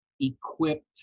equipped